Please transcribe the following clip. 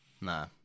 nah